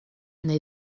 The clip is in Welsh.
neu